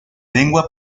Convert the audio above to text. lengua